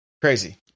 crazy